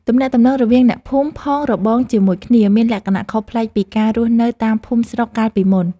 ទំនាក់ទំនងរវាងអ្នកភូមិផងរបងជាមួយគ្នាមានលក្ខណៈខុសប្លែកពីការរស់នៅតាមភូមិស្រុកកាលពីមុន។